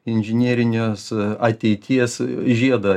inžinierinės ateities žiedą